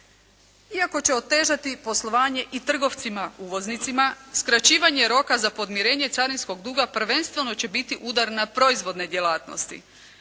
Iako će otežati poslovanje i trgovcima uvoznicima, skraćivanje roka za podmirenje carinskog duga prvenstveno će biti udar na proizvodne djelatnosti.